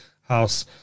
house